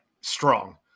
strong